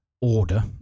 Order